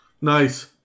Nice